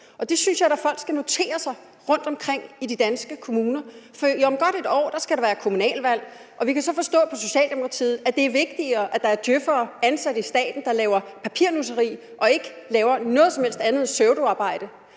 det synes jeg da at folk skal notere sig rundtomkring i de danske kommuner, for om godt et år skal der være kommunalvalg. Vi kan så forstå på Socialdemokratiet, at det er vigtigt, at der er djøf'ere ansat i staten, der laver papirnusseri og ikke laver noget som helst andet end pseudoarbejde,